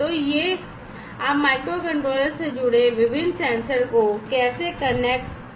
तो यह है कि आप माइक्रोकंट्रोलर्स से जुड़े विभिन्न सेंसर को कैसे कनेक्ट करते हैं